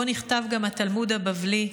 שבו נכתב גם התלמוד הבבלי,